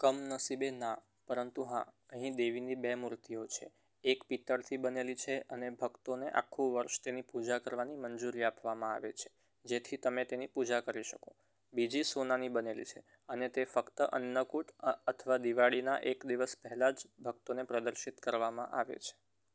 કમનસીબે ના પરંતુ હા અહીં દેવીની બે મૂર્તિઓ છે એક પિત્તળથી બનેલી છે અને ભક્તોને આખું વર્ષ તેની પૂજા કરવાની મંજૂરી આપવામાં આવે છે જેથી તમે તેની પૂજા કરી શકો બીજી સોનાની બનેલી છે અને તે ફક્ત અન્નકૂટ અથવા દિવાળીના એક દિવસ પહેલાં જ ભક્તોને પ્રદર્શિત કરવામાં આવે છે